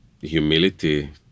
humility